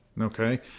Okay